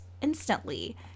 instantly